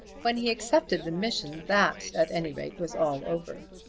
when he accepted the mission that at any rate was all over.